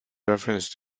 referenced